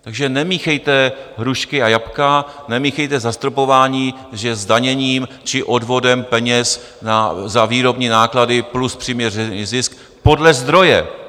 Takže nemíchejte hrušky a jablka, nemíchejte zastropování, že zdaněním či odvodem peněz za výrobní náklady plus přiměřený zisk podle zdroje.